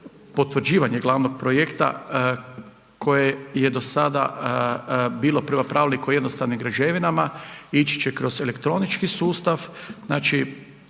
potvrđivanje glavnog projekta koje je do sada bilo prema pravilniku o jednostavnim građevinama, ići će kroz elektronički sustav,